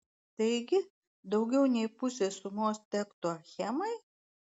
taigi daugiau nei pusė sumos tektų achemai